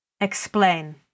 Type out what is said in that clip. Explain